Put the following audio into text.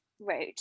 wrote